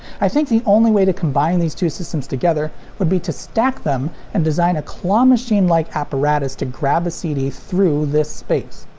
i think the only way to combine these two systems together would be to stack them and design a claw-machine like apparatus to grab a cd through this space.